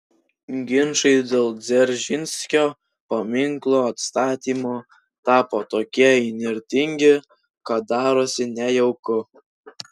ginčai dėl dzeržinskio paminklo atstatymo tapo tokie įnirtingi kad darosi nejauku